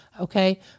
Okay